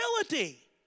ability